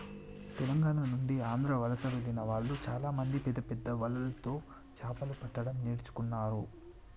తెలంగాణ నుండి ఆంధ్ర వలస వెళ్లిన వాళ్ళు చాలామంది పెద్దపెద్ద వలలతో చాపలు పట్టడం నేర్చుకున్నారు